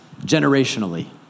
generationally